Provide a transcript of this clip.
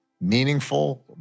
meaningful